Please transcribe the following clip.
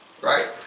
right